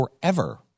forever